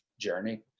journey